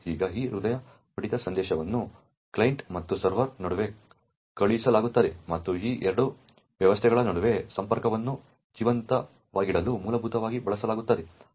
ಈಗ ಈ ಹೃದಯ ಬಡಿತ ಸಂದೇಶವನ್ನು ಕ್ಲೈಂಟ್ ಮತ್ತು ಸರ್ವರ್ ನಡುವೆ ಕಳುಹಿಸಲಾಗುತ್ತದೆ ಮತ್ತು ಈ ಎರಡು ವ್ಯವಸ್ಥೆಗಳ ನಡುವೆ ಸಂಪರ್ಕವನ್ನು ಜೀವಂತವಾಗಿಡಲು ಮೂಲಭೂತವಾಗಿ ಬಳಸಲಾಗುತ್ತದೆ